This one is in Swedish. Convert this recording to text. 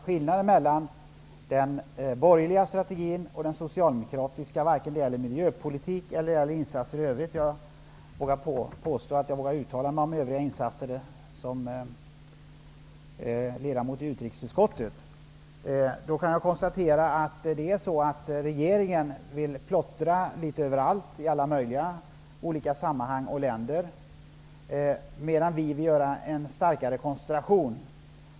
Skillnaden mellan den borgerliga strategin och den socialdemokratiska, oavsett om det gäller miljöpolitik eller insatser i övrigt -- som ledamot i utrikesutskottet vågar jag påstå att jag kan uttala mig om övriga insatser -- är att regeringen vill plottra litet överallt i alla möjliga olika sammanhang och länder, medan Socialdemokraterna vill koncentrera insatserna mer.